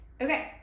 Okay